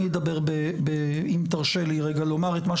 אני אדבר אם תרשה לי רגע לומר.